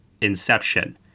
Inception